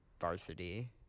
varsity